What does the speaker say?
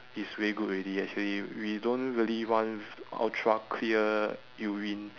is very good already actually we don't really want ultra clear urine